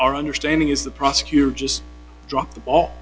r understanding is the prosecutor just dropped the ball